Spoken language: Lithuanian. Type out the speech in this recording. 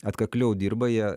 atkakliau dirba jie